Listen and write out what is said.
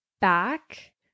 back